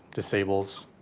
disables,